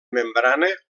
membrana